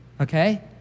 okay